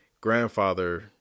grandfather